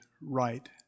right